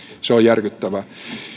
se on järkyttävää